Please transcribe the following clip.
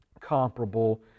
comparable